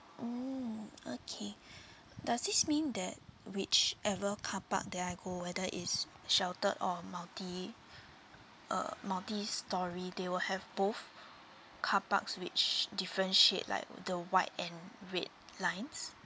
mm okay does this mean that whichever carpark that I go whether is sheltered or multi uh multi storey they will have both carparks which different shade like the white and red lines